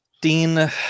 Dean